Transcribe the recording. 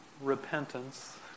repentance